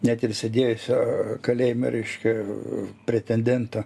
net ir sėdėjusio kalėjime reiškia pretendento